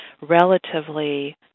relatively